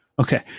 okay